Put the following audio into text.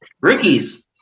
Rookies